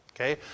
Okay